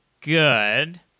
good